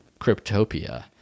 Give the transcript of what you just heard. Cryptopia